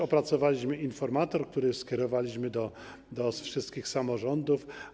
Opracowaliśmy informator, który skierowaliśmy do wszystkich samorządów.